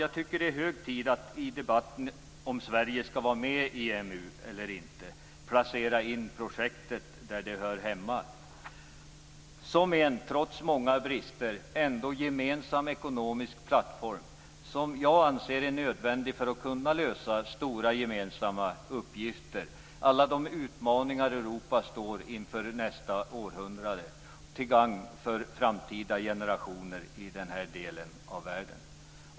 Jag tycker att det är hög tid att i debatten i frågan om Sverige skall vara med i EMU eller inte placera in projektet där det hör hemma, som en trots många brister ändå gemensam ekonomisk plattform, vilken jag anser är nödvändig för möjligheterna att lösa stora gemensamma uppgifter - alla de utmaningar som Europa står inför under nästa århundrade - till gagn för framtida generationer i denna del av världen.